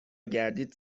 گردید